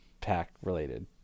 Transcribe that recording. pack-related